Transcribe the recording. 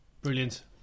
brilliant